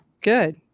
good